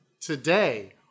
today